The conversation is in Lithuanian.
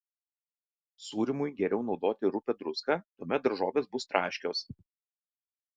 sūrymui geriau naudoti rupią druską tuomet daržovės bus traškios